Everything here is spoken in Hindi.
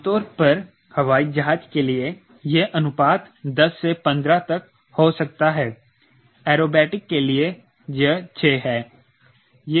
आमतौर पर हवाई जहाज के लिए यह अनुपात 10 से 15 तक हो सकता है एरोबेटिक के लिए यह 6 है